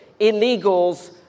illegals